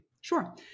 Sure